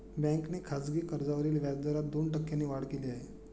बँकेने खासगी कर्जावरील व्याजदरात दोन टक्क्यांनी वाढ केली आहे